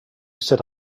said